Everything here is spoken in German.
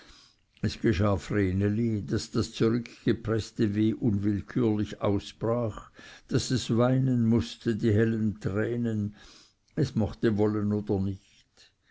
es geschah vreneli daß das zurückgepreßte weh unwillkürlich ausbrach daß es weinen mußte die hellen tränen es mochte wollen oder nicht